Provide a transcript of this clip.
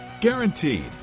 Guaranteed